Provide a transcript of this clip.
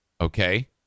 Okay